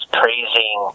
praising